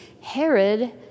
Herod